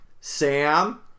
Sam